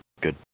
good